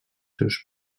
seus